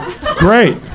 Great